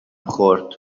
خورد